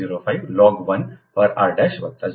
4605 log 1 પર r વત્તા 0